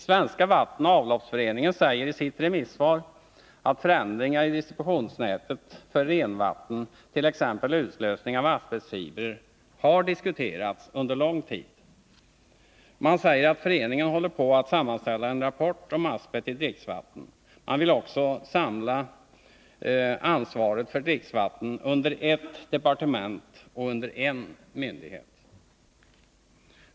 Svenska vattenoch avloppsföreningen säger i sitt remissvar att förändringar i distributionsnätet för renvatten, t.ex. utlösning av asbestfibrer, har diskuterats under lång tid. Man säger att föreningen håller på att sammanställa en rapport om asbest i dricksvatten. Man vill också samla ansvaret för dricksvatten under ett departement och under en myndighet.